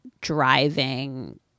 driving